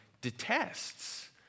detests